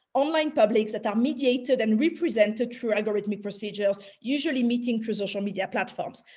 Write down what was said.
online publics that are mediated and represented through algorithmic procedures, usually meeting through social media platforms.